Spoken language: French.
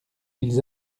ils